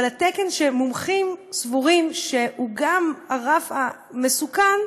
אבל התקן שמומחים סבורים שהוא גם הרף המסוכן,